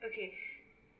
okay